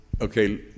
Okay